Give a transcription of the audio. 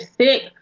sick